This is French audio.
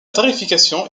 tarification